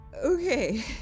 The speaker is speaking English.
Okay